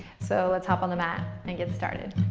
so let's hop on the mat and get started.